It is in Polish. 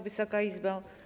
Wysoka Izbo!